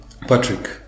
Patrick